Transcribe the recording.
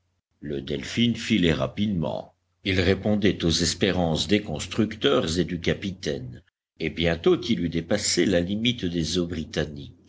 le delphin filait rapidement il répondait aux espérances des constructeurs et du capitaine et bientôt il eut dépassé la limite des